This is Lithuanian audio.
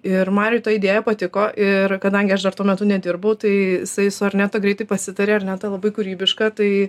ir mariui ta idėja patiko ir kadangi aš dar tuo metu nedirbau tai jisai su arneta greitai pasitarė arneta labai kūrybiška tai